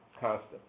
constant